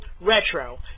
Retro